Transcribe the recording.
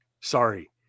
Sorry